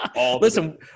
Listen